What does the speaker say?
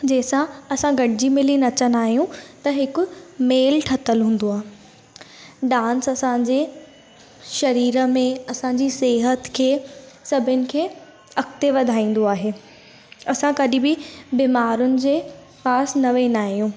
जंहिंसां असां गॾिजी मिली नचंदा आहियूं त हिकु मेल ठहियलु हूंदो आहे डांस असांजे शरीर में असांजी सिहत खे सभिनि खे अॻिते वधाईंदो आहे असां कॾहिं बि बीमारियुनि जे पास न वेंदा आहियूं